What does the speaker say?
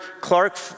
Clark